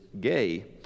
gay